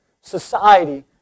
society